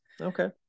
Okay